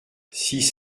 six